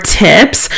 tips